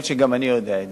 4. מה ייעשה בסוגיה זו?